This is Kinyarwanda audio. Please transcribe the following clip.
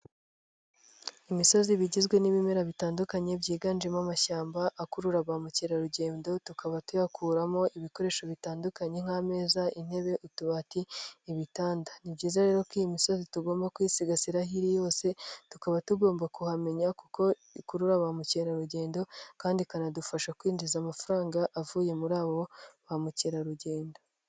Imisozi iba igizwe n'ibimera bitandukanye byiganjemo amashyamba akurura ba mukerarugendo, tukaba tuyakuramo ibikoresho bitandukanye nk'ameza, intebe, utubati, ibitanda. Ni byiza rero ko iyi misozi tugomba kuiyisigasira aho iri hose, tukaba tugomba kuhamenya kuko ikurura ba mukerarugendo kandi ikanadufasha kwinjiza amafaranga avuye muri abo ba mukerarugendo.